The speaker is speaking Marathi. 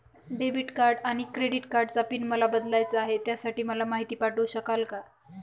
डेबिट आणि क्रेडिट कार्डचा पिन मला बदलायचा आहे, त्यासाठी मला माहिती पाठवू शकाल का?